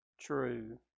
true